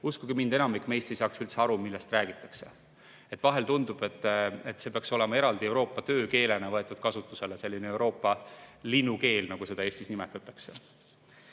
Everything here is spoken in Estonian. Uskuge mind, enamik meist ei saaks üldse aru, millest räägitakse. Vahel tundub, et see peaks olema eraldi Euroopa töökeelena võetud kasutusele, selline Euroopa linnukeel, nagu seda Eestis nimetatakse.